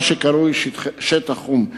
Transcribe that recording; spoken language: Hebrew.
מה שקרוי שטח חום.